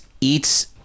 eats